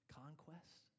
conquest